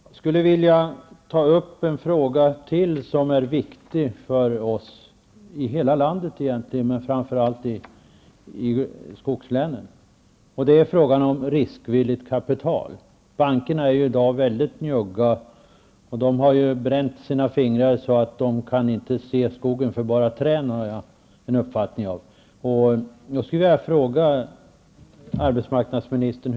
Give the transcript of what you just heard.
Jag skulle vilja ta upp ytterligare en fråga som egentligen är viktig för hela landet men framför allt för skogslänen, och det är frågan om riskvilligt kapital. Bankerna är i dag mycket njugga och har bränt sina fingrar så att de, enligt min uppfattning, inte ser skogen för bara träd. Jag vill ställa en fråga till arbetsmarknadsministern.